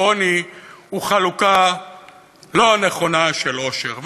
עוני הוא חלוקה לא נכונה של עושר.